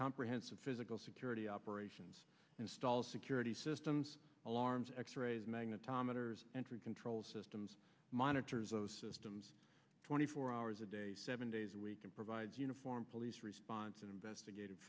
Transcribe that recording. comprehensive physical security operations and security systems alarms x rays magnetometers and control systems monitors those systems twenty four hours a day seven days a week and provides uniform police response investigat